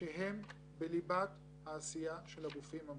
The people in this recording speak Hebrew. זה דבר שמבחינתנו הוא כלל ברזל שלא